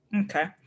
okay